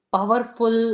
Powerful